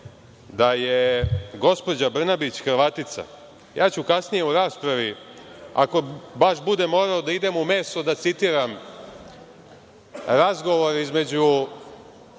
da je gospođa Brnabić Hrvatica, ja ću kasnije u raspravi, ako baš budem morao da idem u meso da citiram razgovor između